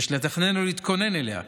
שיש לתכנן ולהתכונן אליה,